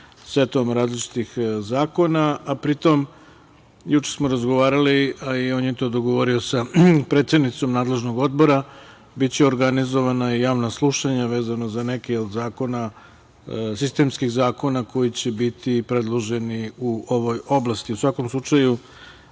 setom različitih zakona. Pritom, juče smo razgovarali i on je to dogovorio sa predsednicom nadležnog odbora, biće organizovana i javna slušanja vezano za neke od sistemskih zakona koji će biti predloženi u ovoj oblasti. U svakom slučaju,